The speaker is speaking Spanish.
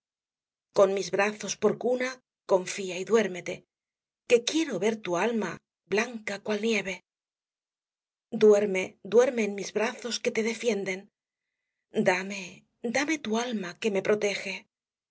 con mis brazos por cuna confía y duérmete que quiero ver tu alma blanca cual nieve duerme duerme en mis brazos que te defienden dame dame ta alma que me protege